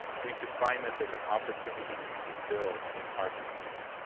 we should find this as an opportunity to build our community.